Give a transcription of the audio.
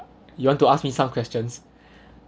you want to ask me some questions